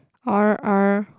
R_R